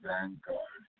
Vanguard